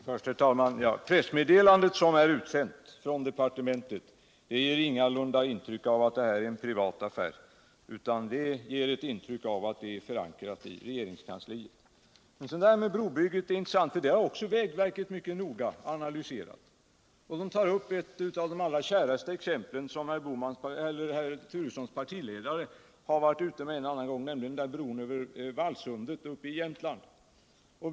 Herr talman! Det pressmeddelande som är utsänt från departementet ger ingalunda intryck av att det här är en privat affär, utan att detta är förankrat i regeringskansliet. Detta med brobyggen är intressant, och det är också något som vägverket noga har analyserat. Man tar upp ett av de allra käraste exemplen, som herr Turessons partiledare har berört vid tidigare tillfällen, nämligen bron över Vallsundet uppe i Jämtland.